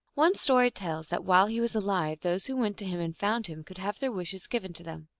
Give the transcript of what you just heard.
one story tells that while he was alive those who went to him and found him could have their wishes given to them.